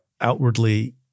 outwardly